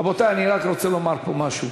רבותי, אני רק רוצה לומר פה משהו: